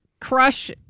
crush